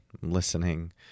listening